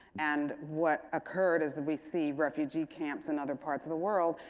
and what occurred is we see refugee camps in other parts of the world,